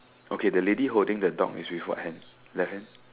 okay the lady holding the dog is with what hand left hand